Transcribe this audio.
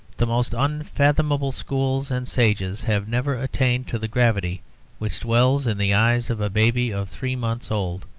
the most unfathomable schools and sages have never attained to the gravity which dwells in the eyes of a baby of three months old.